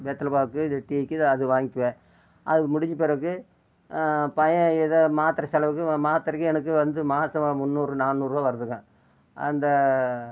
வெத்தலை பாக்கு இது டீக்கு அது வாங்கிக்கிவேன் அது முடிஞ்ச பிறகு பயல் ஏதோ மாத்திர செலவுக்கு மாத்திரைக்கி எனக்கு வந்து மாதம் முந்நூறு நானூறுரூவா வருதுங்க அந்த